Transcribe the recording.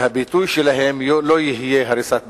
שהביטוי שלהם לא יהיה הריסת בתים.